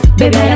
baby